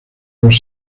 los